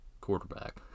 quarterback